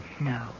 No